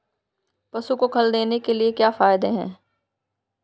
पशु को खल देने से क्या फायदे हैं?